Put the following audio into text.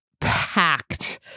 packed